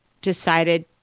decided